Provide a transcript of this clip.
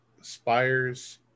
spires